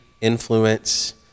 influence